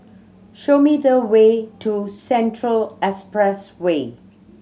show me the way to Central Expressway